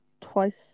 twice